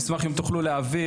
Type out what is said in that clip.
אשמח אם תוכלו להעביר.